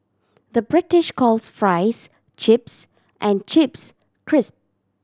the British calls fries chips and chips cris